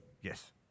Yes